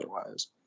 otherwise